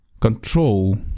control